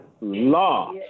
Law